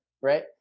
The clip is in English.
Right